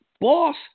Boss